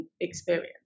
experience